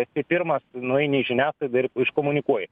esi pirmas nueini į žiniasklaidą ir iškomunikuoji